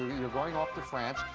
you're going off to france.